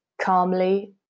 calmly